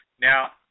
now